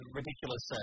ridiculous